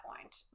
point